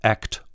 Act